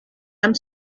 amb